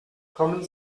kommen